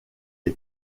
est